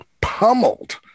pummeled